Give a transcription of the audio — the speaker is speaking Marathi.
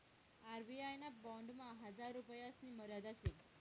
आर.बी.आय ना बॉन्डमा हजार रुपयासनी मर्यादा शे